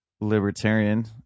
libertarian